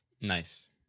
Nice